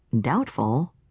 Doubtful